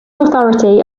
authority